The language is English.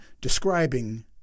describing